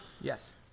Yes